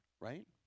right